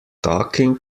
talking